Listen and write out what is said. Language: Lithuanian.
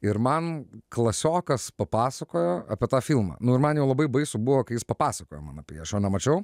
ir man klasiokas papasakojo apie tą filmą nu ir man jau labai baisu buvo kai jis papasakojo man apie jį aš jo nemačiau